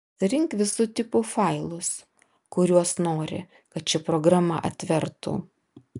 pasirink visų tipų failus kuriuos nori kad ši programa atvertų